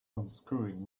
unscrewing